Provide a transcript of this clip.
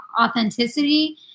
authenticity